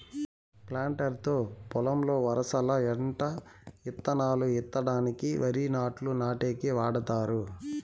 planter తో పొలంలో వరసల ఎంట ఇత్తనాలు ఇత్తడానికి, వరి నాట్లు నాటేకి వాడతారు